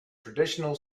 traditional